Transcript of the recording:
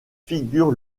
figure